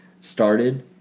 started